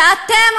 ואתם,